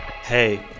hey